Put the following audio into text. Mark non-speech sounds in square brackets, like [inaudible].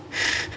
[breath]